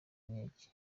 nkeke